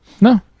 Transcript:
No